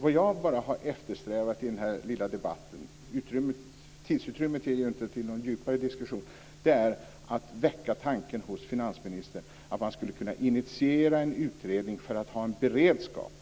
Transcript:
Vad jag har eftersträvat i den här lilla debatten - tiden ger ju inte utrymme för någon djupare diskussion - är att väcka tanken hos finansministern att man skulle kunna initiera en utredning för att ha en beredskap